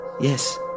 Yes